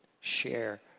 share